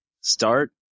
start